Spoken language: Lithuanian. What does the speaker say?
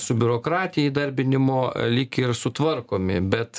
su biurokratija įdarbinimo lyg ir sutvarkomi bet